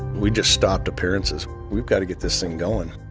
we just stopped appearances. we've got to get this thing going.